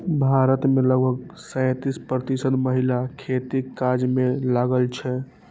भारत मे लगभग तैंतीस प्रतिशत महिला खेतीक काज मे लागल छै